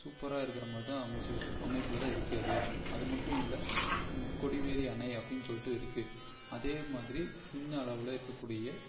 சூப்பராக இருக்கறமாதிரி தான் அமைச்சி வச்சு அமைப்பில் தான் இருக்கு அது அது மட்டும் இல்லை கொடிவேரி அணை அப்படின்னு சொல்லிட்டு இருக்கு அதே மாதிரி சின்ன அளவில் இருக்கக்கூடிய